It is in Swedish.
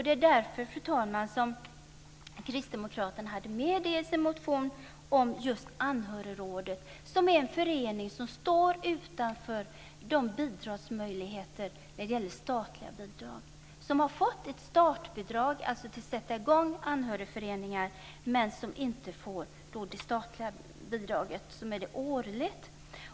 Det var därför, fru talman, som kristdemokraterna hade med just anhörigråden i sin motion. Det är föreningar som står utanför de bidragsmöjligheter som statliga bidrag ger. De har fått ett startbidrag för att sätta i gång anhörigföreningar, men får inte det statliga bidraget som är årligt.